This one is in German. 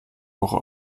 woche